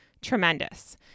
tremendous